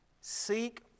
seek